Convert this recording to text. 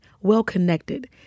well-connected